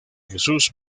jesús